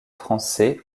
français